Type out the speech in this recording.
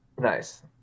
Nice